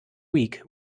week